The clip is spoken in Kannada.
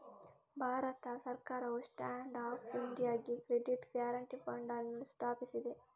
ಭಾರತ ಸರ್ಕಾರವು ಸ್ಟ್ಯಾಂಡ್ ಅಪ್ ಇಂಡಿಯಾಗೆ ಕ್ರೆಡಿಟ್ ಗ್ಯಾರಂಟಿ ಫಂಡ್ ಅನ್ನು ಸ್ಥಾಪಿಸಿದೆ